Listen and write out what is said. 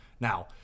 Now